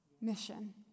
mission